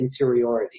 interiority